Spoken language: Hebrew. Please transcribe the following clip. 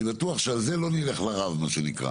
אני בטוח שעל זה לא נלך לרב, מה שנקרא.